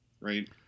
Right